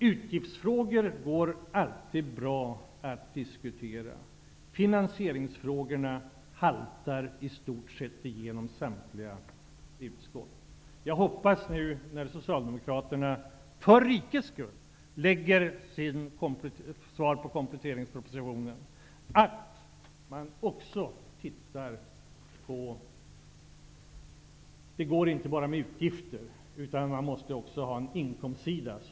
Utgiftsfrågor går alltid bra att diskutera, finansieringsfrågorna haltar i stort sett genom samtliga utskott. För rikets skulle hoppas jag att Socialdemokraterna när de nu lägger fram sitt svar på kompletteringspropositionen har insett att det inte går med bara utgifter -- man måste också ha en inkomstsida.